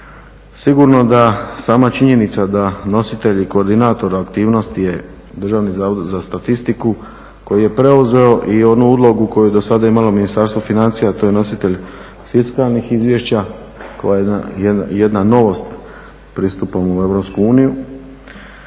Sigurno da sama činjenica da nositelj koordinatora aktivnost je Državni zavod za statistiku koji je preuzeo i onu ulogu koju je do sada imalo Ministarstvo financija, a to je nositelj fiskalnih izvješća koje je jedna novost pristupom u EU.